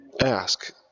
ask